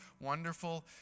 wonderful